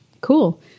cool